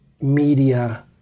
media